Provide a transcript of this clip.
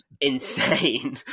insane